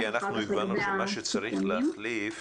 אם כי אנחנו הבנו שמה שצריך להחליף